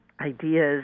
ideas